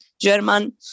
German